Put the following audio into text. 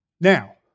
Now